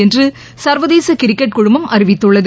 என்று சர்வதேச கிரிக்கெட் குழுமம் அறிவித்துள்ளது